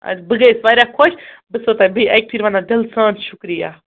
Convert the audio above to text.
اَدٕ بہٕ گٔیَس واریاہ خۄش بہٕ چھَسو تۄہہِ بیٚیہِ اَکہِ پھِرِ وَنان دِلہٕ سان شُکریہ